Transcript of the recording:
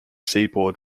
seaboard